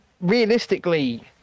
realistically